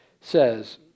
says